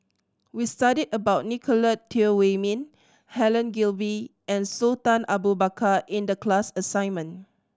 we studied about Nicolette Teo Wei Min Helen Gilbey and Sultan Abu Bakar in the class assignment